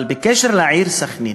אבל בקשר לעיר סח'נין